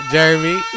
Jeremy